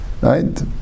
right